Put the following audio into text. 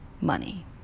money